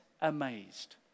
amazed